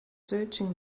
searching